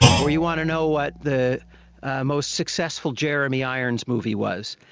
or you want to know what the most successful jeremy irons movie was.